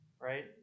Right